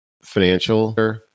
financial